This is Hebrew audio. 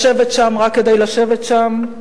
לשבת שם רק כדי לשבת שם?